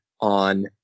on